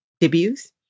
debuts